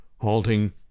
halting